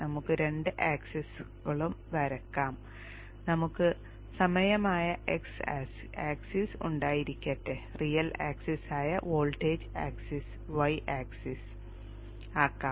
നമുക്ക് രണ്ട് ആക്സിസുകൾ വരയ്ക്കാം നമുക്ക് സമയമായ x ആക്സിസ് ഉണ്ടായിരിക്കട്ടെ റിയൽ ആക്സിസായ വോൾട്ടേജ് ആക്സിസ് y ആക്സസ് ആക്കാം